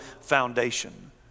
foundation